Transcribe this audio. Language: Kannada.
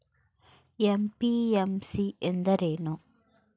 ಎಂ.ಪಿ.ಎಂ.ಸಿ ಎಂದರೇನು?